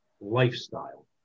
lifestyle